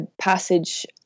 passage